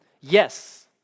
Yes